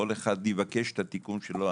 כל אחד יבקש את התיקון שלו.